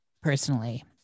personally